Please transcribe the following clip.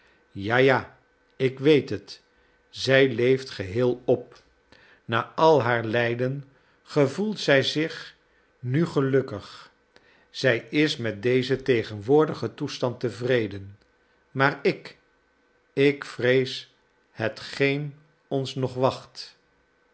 ja ja ik weet het zij leeft geheel op na al haar lijden gevoelt zij zich nu gelukkig zij is met dezen tegenwoordigen toestand tevreden maar ik ik vrees hetgeen ons nog wacht